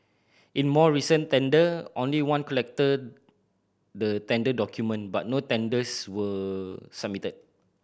in more recent tender only one collected the tender document but no tenders were submitted